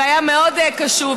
והיה מאוד קשוב.